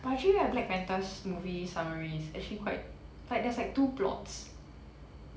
but actually right black panther's movie summary is actually quite like there's like two plots